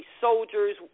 soldiers